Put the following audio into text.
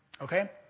okay